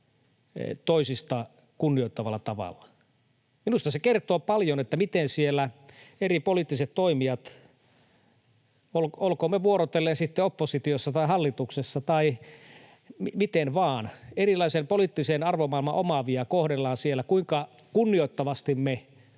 toisista kunnioittavalla tavalla. Minusta se kertoo paljon, miten siellä eri poliittiset toimijat — olkaamme vuorotellen sitten oppositiossa tai hallituksessa tai miten vain — erilaisen poliittisen arvomaailman omaavia kohtelevat, kuinka kunnioittavasti me